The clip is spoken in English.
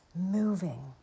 moving